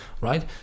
right